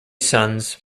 sons